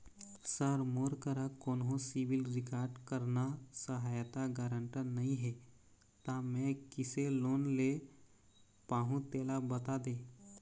sir मोर करा कोन्हो सिविल रिकॉर्ड करना सहायता गारंटर नई हे ता मे किसे लोन ले पाहुं तेला बता दे